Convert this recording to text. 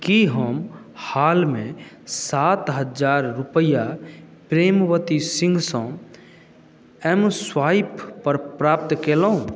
की हम हाल मे सात हजार रुपैआ प्रेमवती सिंह सँ एम स्वाइप पर प्राप्त केलहुॅं